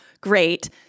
great